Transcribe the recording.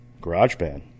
GarageBand